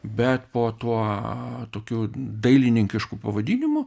bet po tuo tokiu dailininkišku pavadinimu